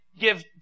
give